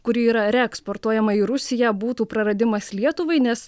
kuri yra reeksportuojama į rusiją būtų praradimas lietuvai nes